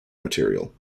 material